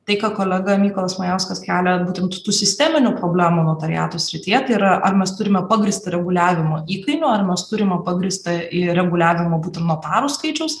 tai ką kolega mykolas majauskas kelia būtent tų sisteminių problemų notariato srityje yra ar mes turime pagrįstą reguliavimą įkainių ar mes turime pagrįstą ir reguliavimą būtent notarų skaičiaus